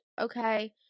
Okay